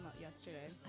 yesterday